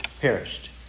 perished